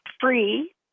free